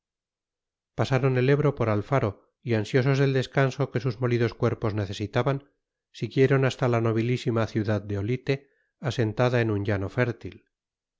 pasaron el ebro por alfaro y ansiosos del descanso que sus molidos cuerpos necesitaban siguieron hasta la nobilísima ciudad de olite asentada en un llano